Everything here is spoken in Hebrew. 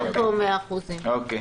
גם פה 100%. אוקיי.